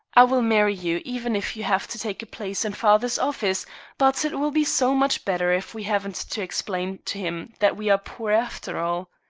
i will marry you even if you have to take a place in father's office but it will be so much better if we haven't to explain to him that we are poor after all.